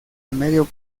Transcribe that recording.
medio